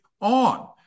on